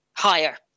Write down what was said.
Higher